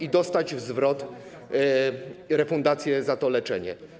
i dostać zwrot, refundację za to leczenie?